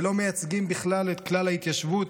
והם לא מייצגים בכלל את כלל ההתיישבות,